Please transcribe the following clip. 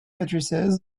matrices